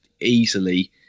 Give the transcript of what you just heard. easily